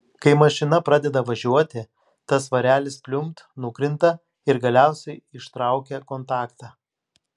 kai mašina pradeda važiuoti tas svarelis pliumpt nukrinta ir galiausiai ištraukia kontaktą